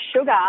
sugar